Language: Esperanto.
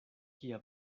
kia